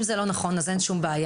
אם זה לא נכון אין כל בעיה.